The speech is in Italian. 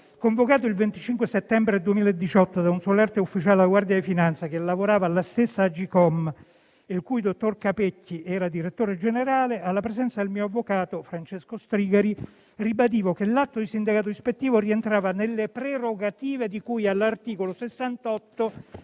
Convocato il 25 settembre 2018 da un solerte ufficiale della Guardia di finanza, che lavorava alla stessa Agcom di cui il dottor Capecchi era direttore generale, alla presenza del mio avvocato, Francesco Strigari, ribadivo che l'atto di sindacato ispettivo rientrava nelle prerogative di cui all'articolo 68